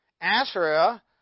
Asherah